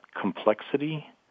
complexity